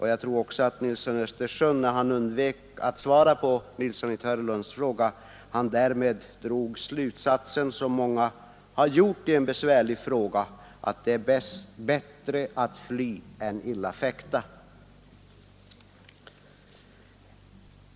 Jag tror att herr Nilsson i Östersund, när han undvek att svara på herr Nilssons i Tvärålund fråga, drog slutsatsen — som många har gjort i en besvärlig situation — att det är bättre att fly än illa fäkta.